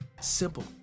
Simple